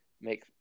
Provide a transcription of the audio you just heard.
make